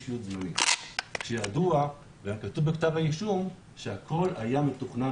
שפיות כאשר ידוע וכתוב בכתב האישום שהכול היה מתוכנן